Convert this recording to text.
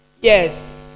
yes